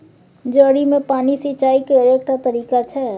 जड़ि मे पानि सिचाई केर एकटा तरीका छै